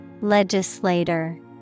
Legislator